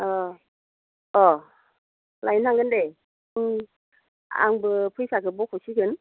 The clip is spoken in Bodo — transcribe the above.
औ अह लायनो थांगोन दे उम आंबो फैसाखौ बखसिगोन